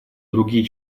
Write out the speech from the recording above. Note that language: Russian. другие